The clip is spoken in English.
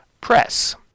press